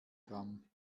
gramm